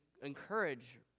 encourage